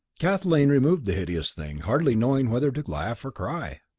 kathleen removed the hideous thing, hardly knowing whether to laugh or cry.